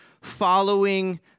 following